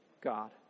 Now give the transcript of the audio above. God